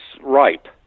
ripe